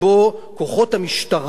אז עכשיו המשטרה